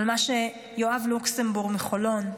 אבל מה שיואב לוקסנבורג מחולון,